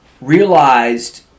realized